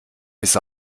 bis